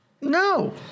No